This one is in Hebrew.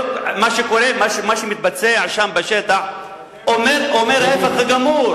מה שקורה, מה שמתבצע שם בשטח אומר ההיפך הגמור.